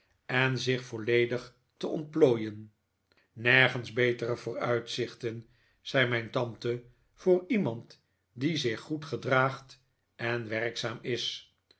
en zich volledig te ontplooien nergens betere vooruitzichten zei mijn tante voor iemand die zich goed gedraagt en werkzaam is